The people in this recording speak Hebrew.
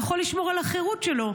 גם אותו אדם יכול לשמור על החירות שלו.